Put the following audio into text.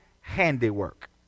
handiwork